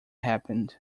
happened